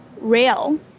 rail